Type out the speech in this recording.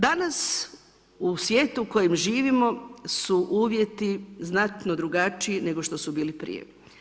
Danas u svijetu u kojem živimo su uvjeti znatno drugačiji nego što su bili prije.